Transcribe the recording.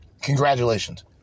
Congratulations